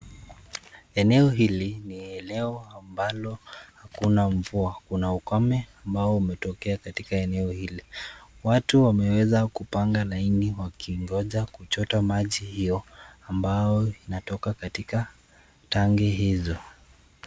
Eneo hili ni eneo ambalo hakuna mvua, kuna ukame ambao umetokea eneo hili. Watu wameweza kupanga laini wakingoja kuchota maji hiyo ambao inatoka katika tangi hizo.